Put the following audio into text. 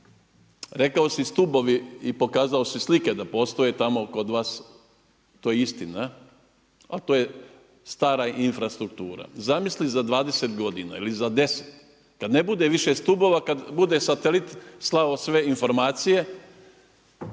Rekao si stubovi i pokazao si slike da postoje tamo kod vas. To je istina, ali to je stara infrastruktura. Zamisli za 20 godina ili za 10 kad ne bude više stubova, kad bude satelit slao sve informacije